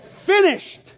finished